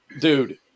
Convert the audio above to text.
dude